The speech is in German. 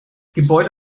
gebäude